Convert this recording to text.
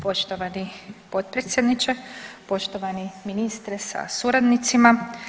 Poštovani potpredsjedniče, poštovani ministre sa suradnicima.